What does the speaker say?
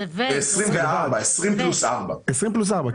זה 24. זה 20 פלוס 4. כן.